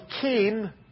came